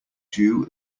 jew